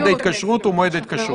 דיבר פה חגי על אמון הציבור.